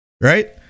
Right